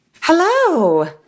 Hello